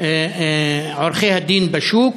עורכי-הדין בשוק?